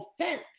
offense